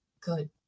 good